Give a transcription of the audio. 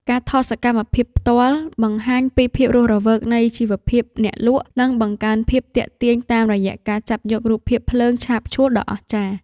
ការថតសកម្មភាពផ្ទាល់បង្ហាញពីភាពរស់រវើកនៃជីវភាពអ្នកលក់ និង បង្កើនភាពទាក់ទាញតាមរយៈការចាប់យករូបភាពភ្លើងឆាបឆួលដ៏អស្ចារ្យ។